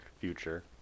future